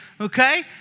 okay